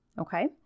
Okay